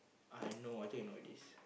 I know I think I know what is this